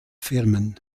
firmen